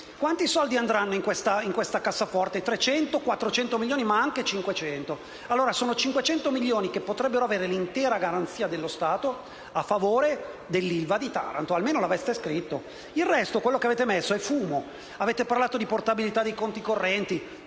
Quanti soldi andranno in questa cassaforte? 300‑400 milioni, ma anche 500. Allora, sono 500 i milioni che potrebbero avere l'intera garanzia dello Stato a favore dell'ILVA di Taranto. Almeno lo aveste scritto! Il resto, quello che avete inserito, è fumo. Avete parlato di portabilità dei conti correnti